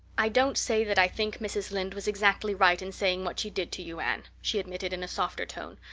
i don't say that i think mrs. lynde was exactly right in saying what she did to you, anne, she admitted in a softer tone.